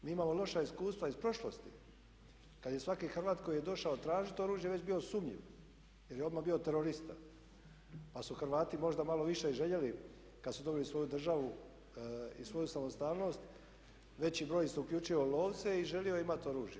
Mi imamo loša iskustva iz prošlosti kada je svaki Hrvat koji je došao tražiti oružje već bio sumnjiv jer je odmah bio terorista pa su Hrvati možda malo više i željeli kada su dobili svoju Državu i svoju samostalnost, veći broj se uključio u lovce i želio je imati oružje.